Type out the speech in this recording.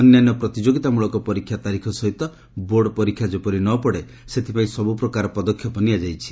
ଅନ୍ୟାନ୍ୟ ପ୍ରତିଯୋଗିତା ମୂଳକ ପରୀକ୍ଷା ତାରିଖ ସହିତ ବୋର୍ଡ ପରୀକ୍ଷା ଯେପରି ନ ପଡ଼େ ସେଥିପାଇଁ ସବୁପ୍ରକାର ପଦକ୍ଷେପ ନିଆଯାଇଛି